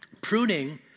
Pruning